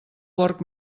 porc